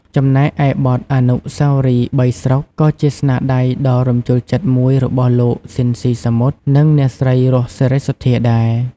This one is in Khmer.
ចំណែកឯបទ អនុស្សាវរីយ៍បីស្រុក ក៏ជាស្នាដៃដ៏រំជួលចិត្តមួយរបស់លោក ស៊ីន ស៊ីសាមុត និងអ្នកស្រី រស់ សេរីសុទ្ធាដែរ។